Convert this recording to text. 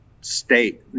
state